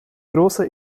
große